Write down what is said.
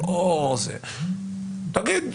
תגיד,